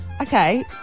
Okay